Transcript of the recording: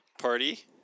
party